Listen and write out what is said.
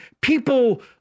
people